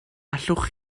allwch